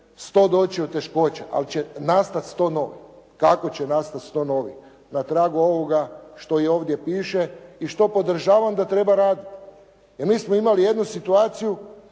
100 doći u teškoće, ali će nastati 100 novih. Kako će nastati 100 novih? Na tragu ovoga što i ovdje piše i što podržavam da treba raditi. Jer mi smo imali jednu situaciju